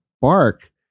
bark